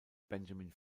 benjamin